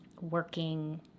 working